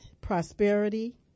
prosperity